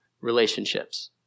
Relationships